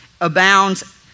abounds